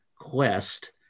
quest